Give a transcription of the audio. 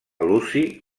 luci